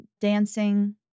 Dancing